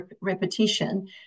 repetition